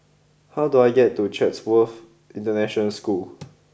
how do I get to Chatsworth International School